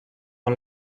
con